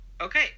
okay